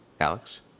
Alex